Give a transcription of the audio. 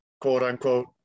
quote-unquote